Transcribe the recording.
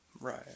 Right